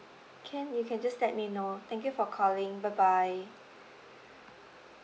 can you can just let me know thank you for calling bye bye